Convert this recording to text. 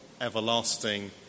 everlasting